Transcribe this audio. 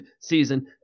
season